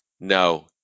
No